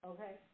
Okay